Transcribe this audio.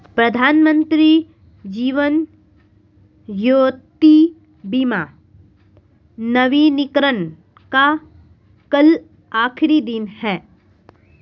प्रधानमंत्री जीवन ज्योति बीमा नवीनीकरण का कल आखिरी दिन है